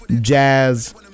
Jazz